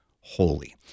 holy